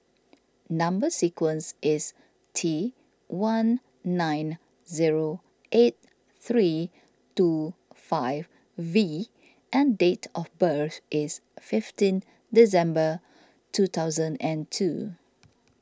Number Sequence is T one nine zero eight three two five V and date of birth is fifteen December two thousand and two